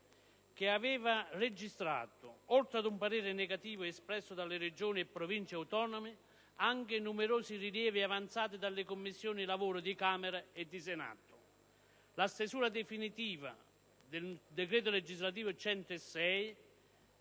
che aveva registrato, oltre ad un parere negativo espresso dalle Regioni e Province autonome, anche numerosi rilievi avanzati dalle Commissioni lavoro di Camera e Senato. La stesura definitiva del decreto legislativo n.